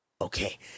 okay